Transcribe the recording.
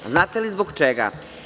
Znate li zbog čega?